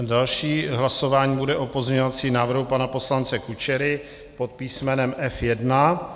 Další hlasování bude o pozměňovacím návrhu pana poslance Kučery pod písmenem F1.